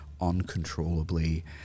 uncontrollably